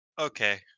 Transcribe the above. okay